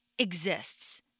exists